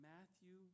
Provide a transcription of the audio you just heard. Matthew